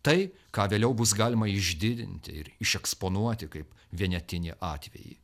tai ką vėliau bus galima išdidinti ir išeksponuoti kaip vienetinį atvejį